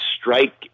strike